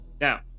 Now